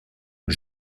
aux